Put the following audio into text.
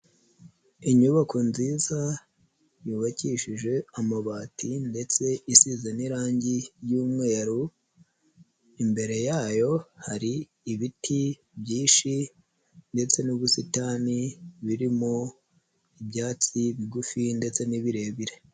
Inyubako nziza yubakishije amabati ndetse isize n'irangi ry'umweru, imbere yayo hari ibiti byinshi ndetse n'ubusitani birimo ibyatsi bigufi ndetse n'ibirebire.